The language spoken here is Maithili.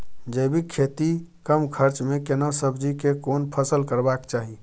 जैविक खेती कम खर्च में केना सब्जी के कोन फसल करबाक चाही?